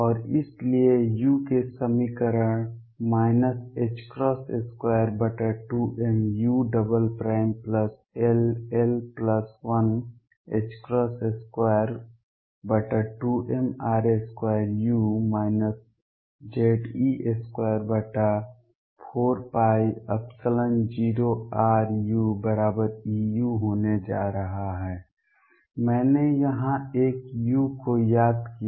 और इसलिए u के लिए समीकरण 22mull122mr2u Ze24π0ruEu होने जा रहा है मैंने यहां एक u को याद किया